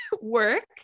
work